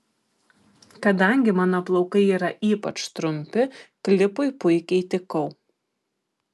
kadangi mano plaukai yra ypač trumpi klipui puikiai tikau